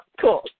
Cool